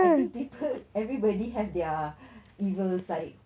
I think people everybody have their evil side